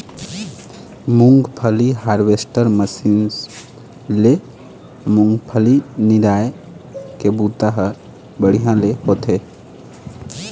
मूंगफली के निराई बर सबले बने मशीन का ये?